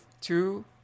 two